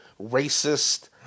racist